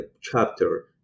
chapter